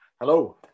Hello